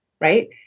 Right